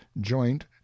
joint